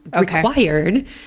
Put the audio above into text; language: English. required